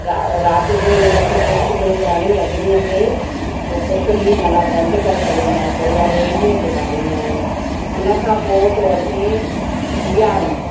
रा राति जो ई उन खे तिलक विलक हणी अग्निअ खे पोइ कुझु बि मना बंदि करे छॾींदा आहियूं पोइ उहा ॿिए ॾींहुं ते ॿारींदा आहियूं उन खां पोइ थो अचे ॾियारी